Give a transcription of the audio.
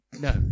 No